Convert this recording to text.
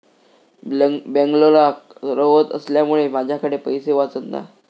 बेंगलोराक रव्हत असल्यामुळें माझ्याकडे पैशे वाचत नाय